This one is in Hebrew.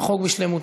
על החוק בשלמותו.